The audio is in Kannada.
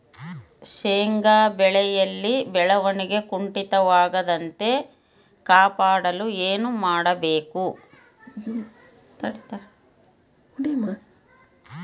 ಶೇಂಗಾ ಬೆಳೆಯಲ್ಲಿ ಬೆಳವಣಿಗೆ ಕುಂಠಿತವಾಗದಂತೆ ಕಾಪಾಡಲು ಏನು ಮಾಡಬೇಕು?